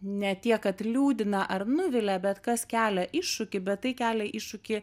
ne tiek kad liūdina ar nuvilia bet kas kelia iššūkį bet tai kelia iššūkį